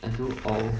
and do all